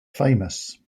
famous